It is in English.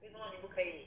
不可以